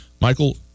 Michael